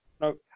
No